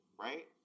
right